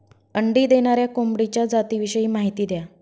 अंडी देणाऱ्या कोंबडीच्या जातिविषयी माहिती द्या